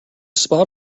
spot